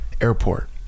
Airport